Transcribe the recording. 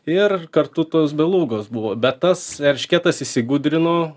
ir kartu tos belugos buvo bet tas eršketas įsigudrino